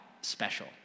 special